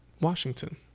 Washington